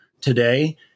today